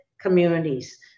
communities